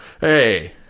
Hey